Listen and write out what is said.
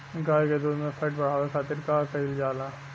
गाय के दूध में फैट बढ़ावे खातिर का कइल जाला?